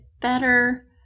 better